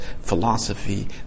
philosophy